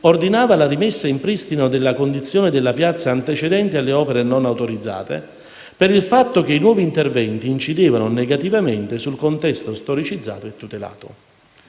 ordinava la rimessa in pristino della condizione della piazza antecedente alle opere non autorizzate per il fatto che i nuovi interventi incidevano negativamente sul contesto storicizzato e tutelato.